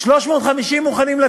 יושבת-ראש הישיבה, הנני מתכבדת